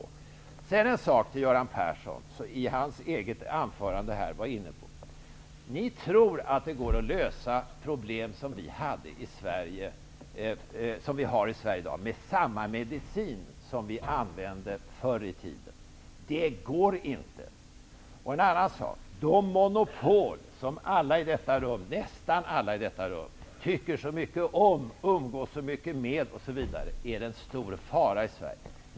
Jag vill ta upp en sak som Göran Persson var inne på sitt anförande. Ni tror att det går att lösa problem som vi har i Sverige i dag med samma medicin som man använde förr i tiden. Det går inte. De monopol som nästan alla i detta rum tycker så mycket om och umgås så mycket med utgör en stor fara i Sverige.